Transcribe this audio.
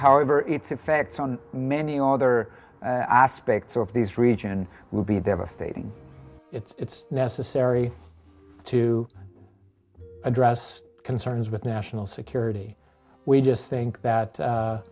however its effects on many all other aspects of this region will be devastating it's necessary to address concerns with national security we just think that